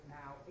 now